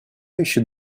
еще